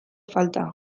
falta